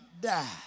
die